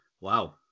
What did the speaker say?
Wow